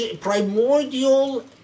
Primordial